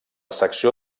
secció